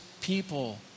people